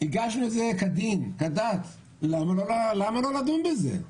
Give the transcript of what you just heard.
הגשנו את זה כדין, כדת, למה לא לדון זה?